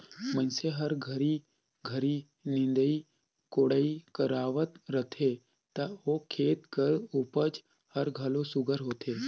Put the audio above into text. मइनसे हर घरी घरी निंदई कोड़ई करवात रहथे ता ओ खेत कर उपज हर घलो सुग्घर होथे